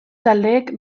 taldeek